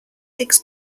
six